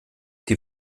die